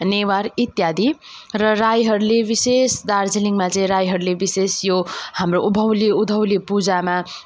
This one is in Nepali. नेवार इत्यादि र राईहरूले विशेष दार्जिलिङमा चाहिँ राईहरूले विशेष यो हाम्रो उँभौली उँधौली पूजामा